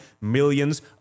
millions